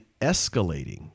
escalating